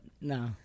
No